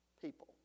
people